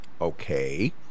okay